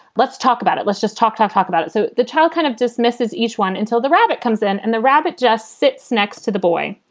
let's talk about it. let's just talk to talk about it. so the child kind of dismisses each one until the rabbit comes in and the rabbit just sits next to the boy.